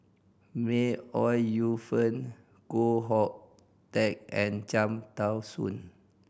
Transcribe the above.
May Ooi Yu Fen Koh Hoon Teck and Cham Tao Soon